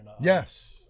yes